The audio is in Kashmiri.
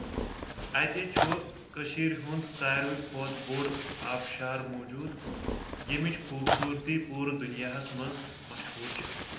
اتہِ چھُ کٔشیٖرِ ہُنٛد ساروٕے کھۄتہٕ بوٚڑ آبشار موٗجوٗد ییٚمِچ خوٗبصوٗرتی پوٗرٕ دُنیاہس منٛز مشہوٗر چھِ